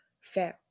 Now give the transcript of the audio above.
fail